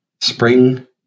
Spring